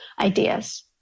ideas